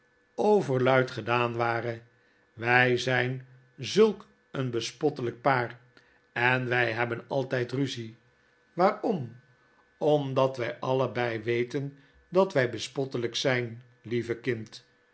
overluid gedaan ware wy zijn zulk een bespottelp paar en wy hebben'altijd ruzie waarom omdat wy allebei weten dat wij bespottelijk zyn lieve kind